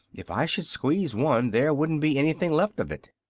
if i should squeeze one, there wouldn't be anything left of it.